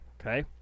Okay